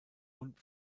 und